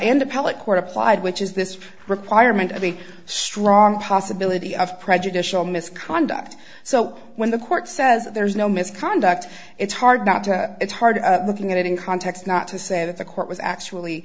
appellate court applied which is this requirement of a strong possibility of prejudicial misconduct so when the court says there's no misconduct it's hard not to it's hard to look at it in context not to say that the court was actually